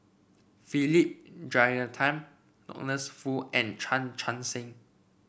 Philip Jeyaretnam Foo and Chan Chun Sing